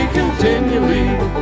continually